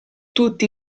tutti